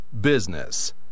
BUSINESS